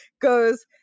goes